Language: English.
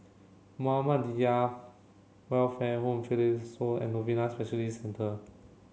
Muhammadiyah Welfare Home Fidelio Sore and Novena Specialist Centre